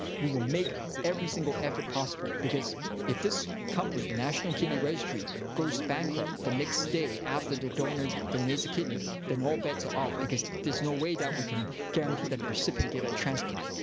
we will make every single effort possible. because if this company, the national kidney registry, goes bankrupt the next day after the donor donates a kidney, then all bets are off because there's no way that we can guarantee that a recipient get a transplant.